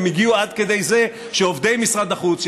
הם הגיעו עד כדי זה שעובדי משרד החוץ,